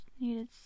needed